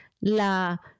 la